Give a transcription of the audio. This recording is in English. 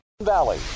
Valley